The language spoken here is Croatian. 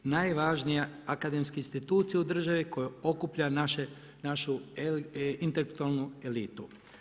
Najvažnija akademske institucija u državi, koja okuplja našu intelektualnu elitu.